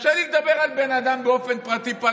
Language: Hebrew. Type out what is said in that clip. קשה לי לדבר על בן אדם באופן פרטי פה.